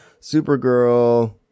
Supergirl